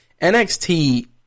NXT